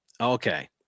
Okay